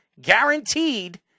guaranteed